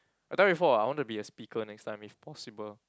I tell you before [what] I want to be a speaker next time if possible